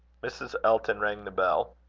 mrs. elton rang the bell.